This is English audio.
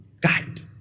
Guide